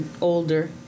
older